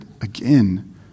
again